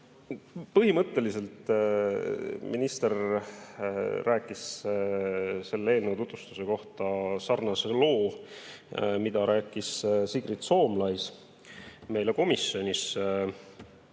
Põhimõtteliselt minister rääkis selle eelnõu tutvustuse kohta samasuguse loo, mida rääkis Sigrid Soomlais meile komisjonis,